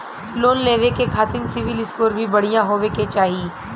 Loan लेवे के खातिन सिविल स्कोर भी बढ़िया होवें के चाही?